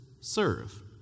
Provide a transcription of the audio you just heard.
serve